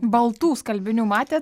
baltų skalbinių matėt